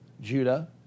Judah